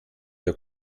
der